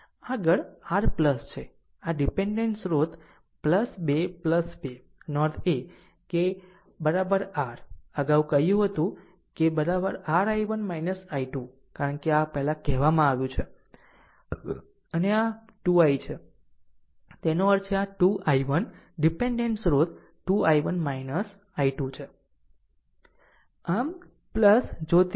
આગળ r છે આ ડીપેન્ડેન્ટ સ્રોત 2 2 નો અર્થ એ કે r અગાઉ કહ્યું હતું કે r I1 I2 કારણ કે આ આ પહેલા કહેવામાં આવ્યું છે અને આ 2 i છે તેનો અર્થ છે 2 I1 ડીપેન્ડેન્ટ સ્રોત 2 I1 I2 છે